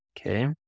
Okay